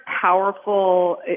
powerful